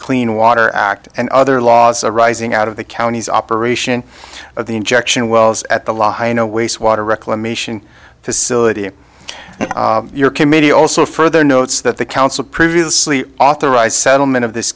clean water act and other laws arising out of the county's operation of the injection wells at the law in a waste water reclamation facility and your committee also further notes that the council previously authorized settlement of this